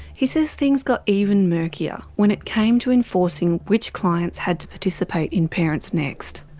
he says things got even murkier when it came to enforcing which clients had to participate in parents next.